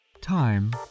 Time